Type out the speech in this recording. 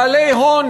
בעלי הון,